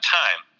time